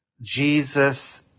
Jesus